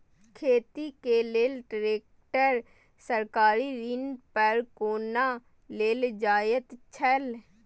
खेती के लेल ट्रेक्टर सरकारी ऋण पर कोना लेल जायत छल?